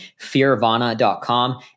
fearvana.com